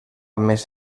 més